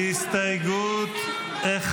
הסתייגות 1,